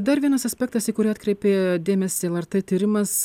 dar vienas aspektas į kurį atkreipė dėmesį lrt tyrimas